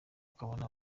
ukabona